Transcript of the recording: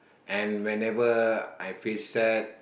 and whenever I feel sad